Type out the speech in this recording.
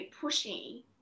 pushing